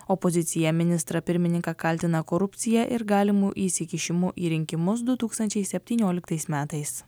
opozicija ministrą pirmininką kaltina korupcija ir galimu įsikišimu į rinkimus du tūkstančiai septynioliktais metais